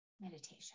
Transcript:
meditation